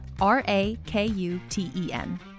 R-A-K-U-T-E-N